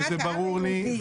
וזה ברור לי,